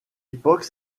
époque